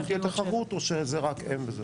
בהולכה גם תהיה תחרות או שזה רק הם וזהו?